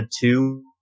two